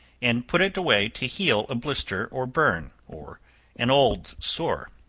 and put it away to heal a blister or burn, or an old sore.